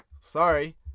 sorry